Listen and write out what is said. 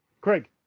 Craig